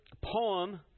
poem